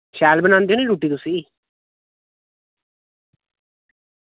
शैल बनांदे नी रुट्टी तुसी